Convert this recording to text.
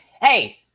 hey